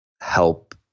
help